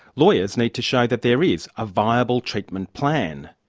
lawyers need to show that there is a viable treatment plan.